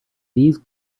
these